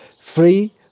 free